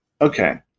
okay